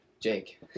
Jake